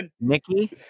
Nikki